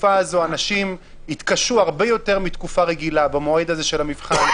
בתקופה הזאת אנשים התקשו הרבה יותר מתקופה רגילה במועד הזה של המבחן.